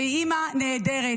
שהיא אימא נהדרת,